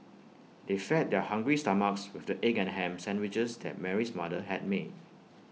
they fed their hungry stomachs with the egg and Ham Sandwiches that Mary's mother had made